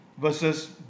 versus